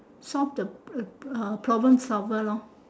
solve the prob~ problem solver lor